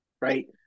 right